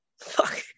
Fuck